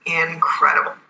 incredible